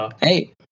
Hey